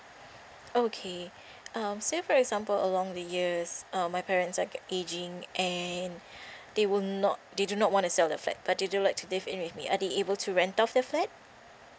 okay um so for example along the years uh my parents like ageing and they will not they do not want to sell their flat but they do like to live in with me are they able to rent off their flat